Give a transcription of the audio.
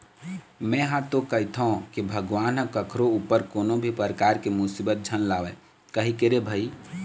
में हा तो कहिथव के भगवान ह कखरो ऊपर कोनो भी परकार के मुसीबत झन लावय कहिके रे भई